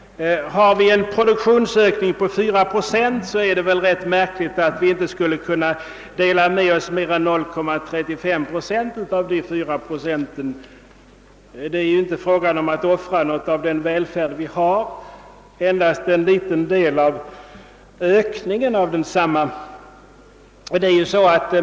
Har vi en produktionsökning på fyra procent, är det väl rätt märkligt, om vi inte skulle kunna dela med oss mer än 0,35 procent av dessa fyra procent. Det är ju inte fråga om att offra något av den välfärd som vi har — endast en liten del av ökningen av densamma.